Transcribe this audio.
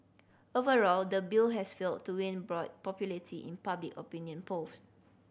overall the bill has failed to win broad popularity in public opinion polls